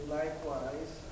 likewise